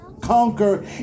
conquer